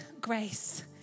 grace